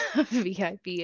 vip